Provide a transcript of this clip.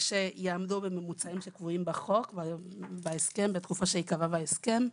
שיעמדו בממוצעים שקבועים בחוק בתקופה שייקבע בהסכם.